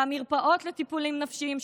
למרפאות לטיפולים נפשיים.